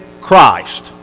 Christ